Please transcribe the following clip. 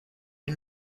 you